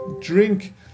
drink